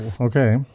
okay